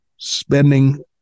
spending